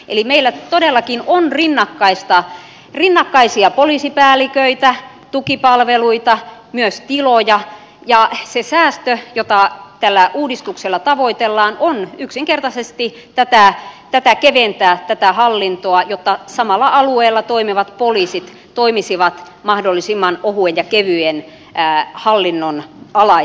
meillä todellakin on rinnakkaisia poliisipäälliköitä tukipalveluita myös tiloja ja se säästö jota tällä uudistuksella tavoitellaan on yksinkertaisesti keventää tätä hallintoa jotta samalla alueella toimivat poliisit toimisivat mahdollisimman ohuen ja kevyen hallinnon alaisena